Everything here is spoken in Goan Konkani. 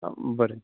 आं बरें